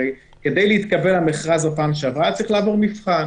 הרי כדי להתקבל למכרז בפעם שעברה היה צריך לעבור מבחן,